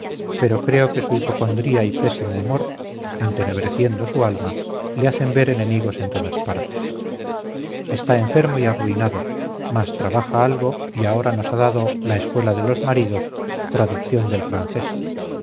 pero creo que su hipocondría y pésimo humor entenebreciendo su alma le hacen ver enemigos en todas partes está enfermo y arruinado mas trabaja algo y ahora nos ha dado la escuela de los maridos traducción del francés